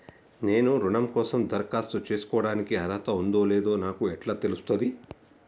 నేను రుణం కోసం దరఖాస్తు చేసుకోవడానికి అర్హత ఉందో లేదో నాకు ఎట్లా తెలుస్తది?